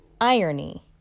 irony